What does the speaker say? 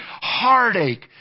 heartache